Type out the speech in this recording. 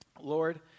Lord